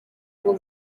bwo